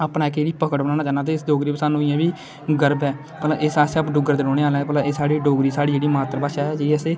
अपना इक जेहड़ी पकड़ बनाना चाहन्ना ते डोगरी स्हानू इयां बी गर्व ऐ इस आस्तै कि अस डुगगर दे रौहने आहले आं जोगरी साढ़ी जेहड़ी मातर भाशा ऐ जिसी असें